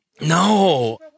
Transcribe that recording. No